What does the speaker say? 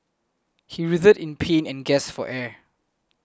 he writhed in pain and gasped for air